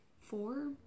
four